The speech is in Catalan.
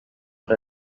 per